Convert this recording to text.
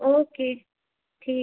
okay ठीक